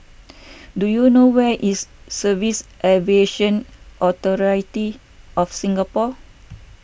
do you know where is Civils Aviation Authority of Singapore